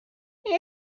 elle